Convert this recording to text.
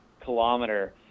kilometer